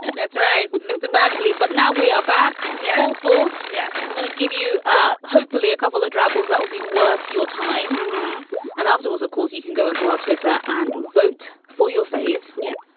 and that's right, mr badgley. but now we are back. yeah. false. yes. i'm going to give you ah hopefully a couple of dribbles that will be worth your time and obstacles of course, you can go into our twitter and vote for your fave. yeah.